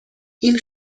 این